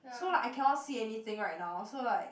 so like I cannot see anything right now so like